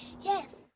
Yes